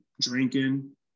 drinking